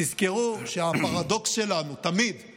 תזכרו שהפרדוקס שלנו תמיד היא